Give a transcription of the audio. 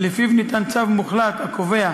פסק-דין בנדון, שלפיו ניתן צו מוחלט הקובע